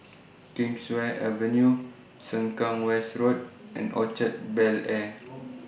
Kingswear Avenue Sengkang West Road and Orchard Bel Air